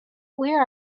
where